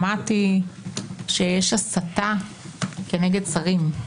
שמעתי שיש הסתה כנגד שרים.